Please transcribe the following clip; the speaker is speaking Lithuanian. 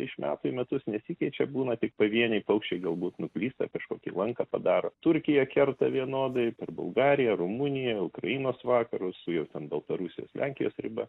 iš metų į metus nesikeičia būna tik pavieniai paukščiai galbūt nuklysta kažkokį lanką padaro turkiją kerta vienodai per bulgariją rumuniją ukrainos vakarus su jau ten baltarusijos lenkijos riba